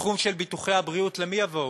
בתחום של ביטוחי הבריאות, למי יבואו?